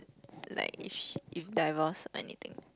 like if she if divorce anything